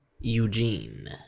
Eugene